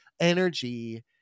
energy